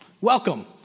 Welcome